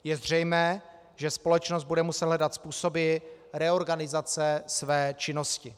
Je zřejmé, že společnost bude muset hledat způsoby reorganizace své činnosti.